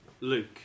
Luke